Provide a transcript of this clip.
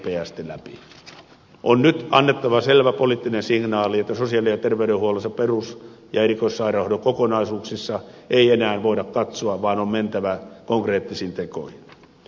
nyt on annettava selvä poliittinen signaali että sosiaali ja terveydenhuollossa perus ja erikoissairaanhoidon kokonaisuuksissa ei enää voida katsoa vaan on mentävä konkreettisiin tekoihin